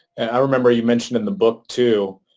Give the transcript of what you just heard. i remember you mentioned in the book too,